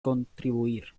contribuir